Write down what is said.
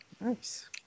Nice